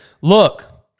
look